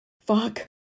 Fuck